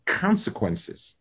consequences